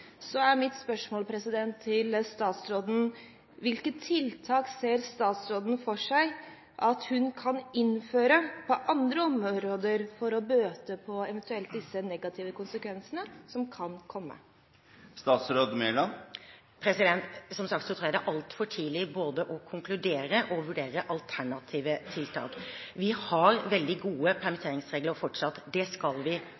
er mitt spørsmål til statsråden: Hvilke tiltak ser statsråden for seg at hun kan innføre på andre områder for å bøte på disse eventuelt negative konsekvensene som kan komme? Som sagt tror jeg det er altfor tidlig både å konkludere og vurdere alternative tiltak. Vi har veldig gode permitteringsregler fortsatt. Det skal vi